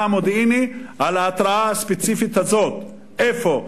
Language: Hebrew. המודיעיני על ההתרעה הספציפית הזאת: איפה,